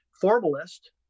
Formalist